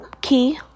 Key